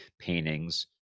paintings